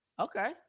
Okay